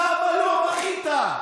למה לא בכית?